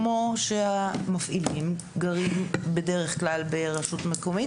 כמו שהמפעילים גרים בדרך כלל ברשות מקומית